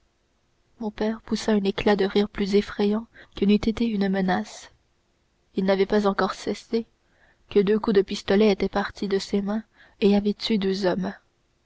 mon père poussa un éclat de rire plus effrayant que n'eût été une menace il n'avait pas encore cessé que deux coups de pistolet étaient partis de ses mains et avaient tué deux hommes